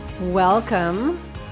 Welcome